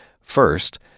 First